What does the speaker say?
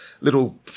little